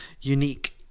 unique